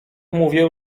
mówię